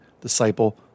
disciple